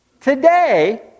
Today